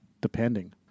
depending